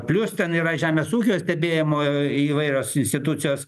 plius ten yra žemės ūkio stebėjimo įvairios institucijos